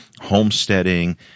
homesteading